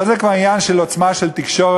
אבל זה כבר עניין של עוצמה של תקשורת,